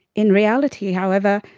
in reality, however,